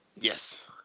Yes